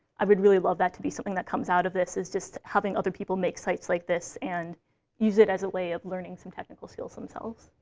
i would really love that to be something that comes out of this, is just having other people make sites like this, and use it as a way of learning some technical skills themselves.